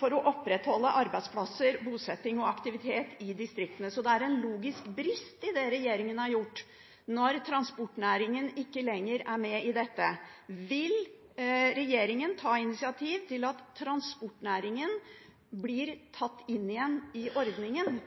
for å opprettholde arbeidsplasser, bosetting og aktivitet i distriktene. Det er en logisk brist i det regjeringen har gjort, når transportnæringen ikke lenger er med i dette. Vil regjeringen ta initiativ til at transportnæringen blir tatt inn igjen i ordningen?